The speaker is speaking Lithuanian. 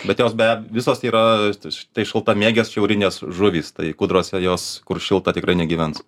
bet jos bea visos yra tai tai šaltamėgės šiaurinės žuvys tai kūdrose jos kur šilta tikrai negyvens